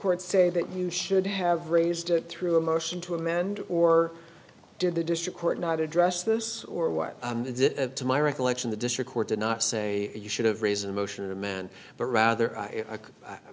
court say that you should have raised it through a motion to amend or did the district court not address this or what is it to my recollection the district court did not say you should have raise a motion a man but rather